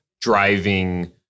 driving